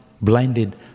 blinded